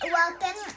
welcome